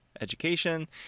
education